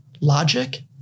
logic